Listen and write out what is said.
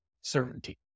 certainty